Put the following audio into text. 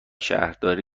شهرداری